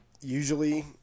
Usually